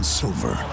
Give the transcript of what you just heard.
silver